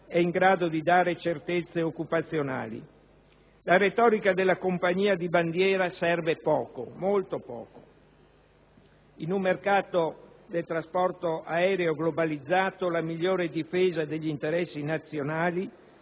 è in grado di dare certezze occupazionali. La retorica della compagnia di bandiera serve poco, molto poco. In un mercato del trasporto aereo globalizzato, la migliore difesa degli interessi nazionali